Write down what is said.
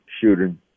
shooting